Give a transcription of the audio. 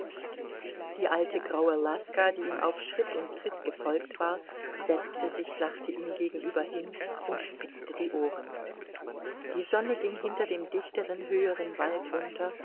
die alte graue laska die ihm auf schritt und tritt gefolgt war setzte sich sachte ihm gegenüber hin und spitzte die ohren die sonne ging hinter dem dichteren höheren wald unter